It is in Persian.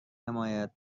حمایت